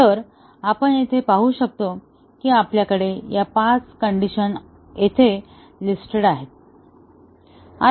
तर आपण येथे पाहू शकतो की आपल्याकडे या 5 कण्डिशन येथे लिस्टेड आहेत